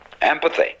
empathy